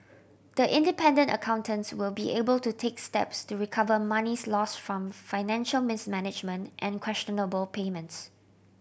the independent accountants will be able to take steps to recover monies lost from financial mismanagement and questionable payments